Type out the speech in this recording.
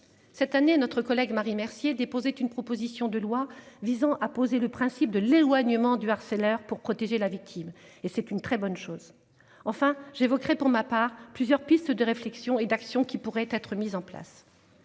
Cette année, notre collègue Marie Mercier déposer une proposition de loi visant à poser le principe de l'éloignement du harceleur pour protéger la victime et c'est une très bonne chose enfin j'évoquerai pour ma part plusieurs pistes de réflexion et d'action qui pourrait être mises en place.